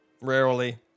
Rarely